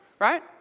right